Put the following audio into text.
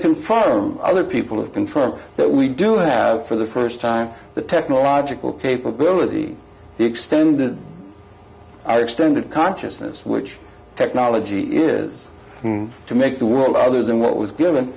can farm other people have been for that we do have for the st time the technological capability the extended i extended consciousness which technology is to make the world other than what was given